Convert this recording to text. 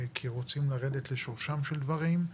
כי רוצים לרדת לשורשם של דברים.